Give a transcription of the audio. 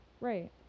Right